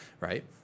right